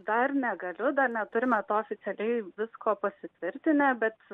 dar negaliu dar neturime to oficialiai viskuo pasitvirtinę bet